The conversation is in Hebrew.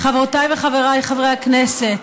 חברותיי וחבריי חברי הכנסת,